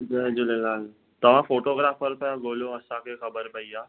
जय झूलेलाल तव्हां फोटोग्राफर पिया ॻोल्हियो असांखे ख़बर पई आहे